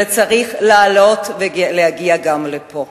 אלא צריך לעלות ולהגיע גם לפה.